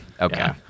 Okay